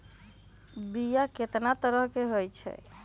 बीमा केतना तरह के होइ?